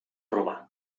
romà